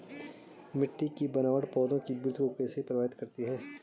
मिट्टी की बनावट पौधों की वृद्धि को कैसे प्रभावित करती है?